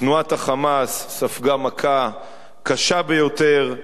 תנועת ה"חמאס" ספגה מכה קשה ביותר.